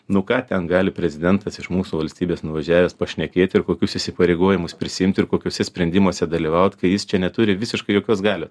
nu ką ten gali prezidentas iš mūsų valstybės nuvažiavęs pašnekėti ir kokius įsipareigojimus prisiimti ir kokiuose sprendimuose dalyvauti kai jis čia neturi visiškai jokios galios